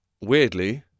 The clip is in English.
weirdly